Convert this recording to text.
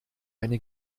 eine